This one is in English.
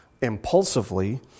impulsively